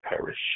perish